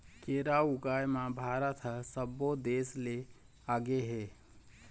केरा ऊगाए म भारत ह सब्बो देस ले आगे हे